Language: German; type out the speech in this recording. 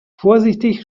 vorsichtig